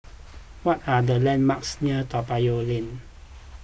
what are the landmarks near Toa Payoh Lane